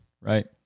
right